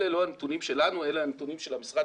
אלה לא הנתונים שלנו אלא אלה הנתונים של המשרד